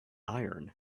iron